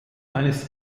eines